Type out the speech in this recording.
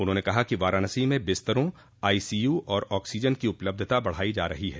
उन्होंने कहा कि वाराणसी में बिस्तरों आईसीयू और ऑक्सीजन की उपलब्धता बढ़ाई जा रही है